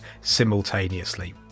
simultaneously